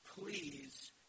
please